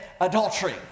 adultery